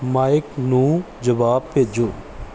mic ਨੂੰ ਜਵਾਬ ਭੇਜੋ